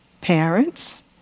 parents